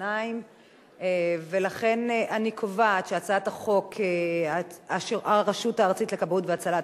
2. ולכן אני קובעת שהצעת החוק הרשות הארצית לכבאות והצלה,